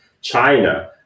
China